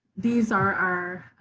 these are our,